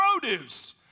produce